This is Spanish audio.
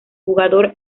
jugador